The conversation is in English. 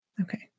Okay